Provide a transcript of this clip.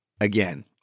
Again